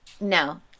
No